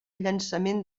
llançament